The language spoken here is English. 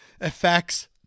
effects